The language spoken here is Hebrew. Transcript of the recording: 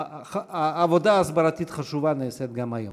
עבודה הסברתית חשובה נעשית גם היום.